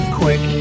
quick